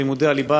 של לימודי הליבה,